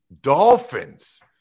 Dolphins